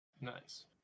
Nice